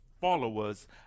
followers